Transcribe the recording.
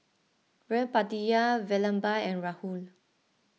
Veerapandiya Vallabhbhai and Rahul